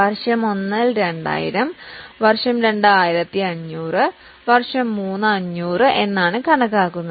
വർഷം 1 2000 വർഷം 2 1500 വർഷം 3 500 എന്നിവയാണ് കണക്കാക്കുന്നത്